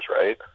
right